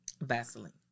Vaseline